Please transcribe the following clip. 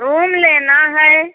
room लेना है